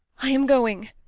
i am going.